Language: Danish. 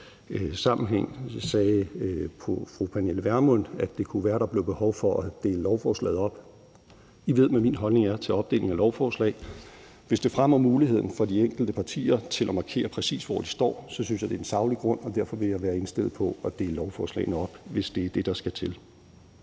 sammenhæng sagde fru Pernille Vermund, at det kunne være, at der blev behov for at dele lovforslaget op. I ved, hvad min holdning er til opdeling af lovforslag. Hvis det fremmer muligheden for de enkelte partier til at markere præcis, hvor de står, så synes jeg, det er en saglig grund, og derfor vil jeg være indstillet på at dele lovforslaget op, hvis det er det, der skal til.